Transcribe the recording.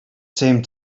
same